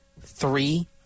three